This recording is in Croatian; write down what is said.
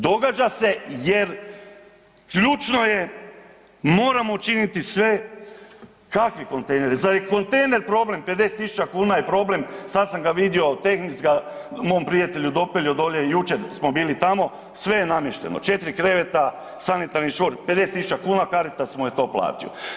Događa se jer ključno je moramo učiniti sve, kakvi kontejneri, za i kontejner je problem, 50.000 kuna je problem, sad sam ga vidio, Tehnich ga mom prijatelju dopeljo dolje, jučer smo bili tamo, sve je namješteno, 4 kreveta, sanitarni čvor, 50.000 kuna, Caritas mu je to platio.